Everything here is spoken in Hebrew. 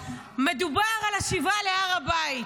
שמדובר בו על השיבה להר הבית,